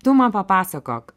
tu man papasakok